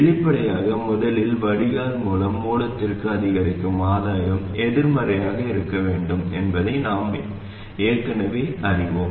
வெளிப்படையாக முதலில் வடிகால் மூலம் மூலத்திற்கு அதிகரிக்கும் ஆதாயம் எதிர்மறையாக இருக்க வேண்டும் என்பதை நாம் ஏற்கனவே அறிவோம்